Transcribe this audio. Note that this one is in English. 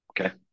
Okay